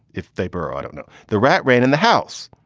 if they burrow don't know. the rat ran in the house.